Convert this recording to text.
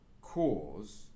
cause